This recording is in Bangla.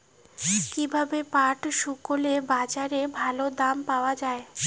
কীভাবে পাট শুকোলে বাজারে ভালো দাম পাওয়া য়ায়?